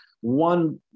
one